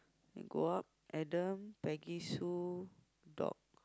go up Adam Peggy Sue dog